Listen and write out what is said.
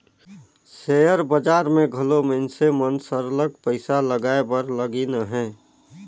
share बजार में घलो मइनसे मन सरलग पइसा लगाए बर लगिन अहें